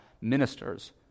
ministers